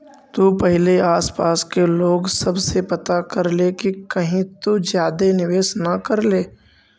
तु पहिले आसपास के लोग सब से पता कर ले कि कहीं तु ज्यादे निवेश न कर ले